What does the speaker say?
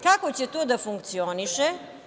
Kako će to da funkcioniše?